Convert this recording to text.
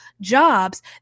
jobs